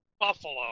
Buffalo